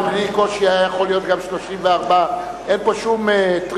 ובלי קושי היה יכול להיות גם 34. אין פה שום טריק,